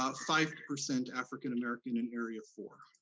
ah five percent african american in area four.